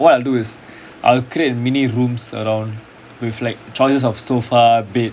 ya ya ya so what what I'll do is I'll create mini rooms around with like choices of sofa bed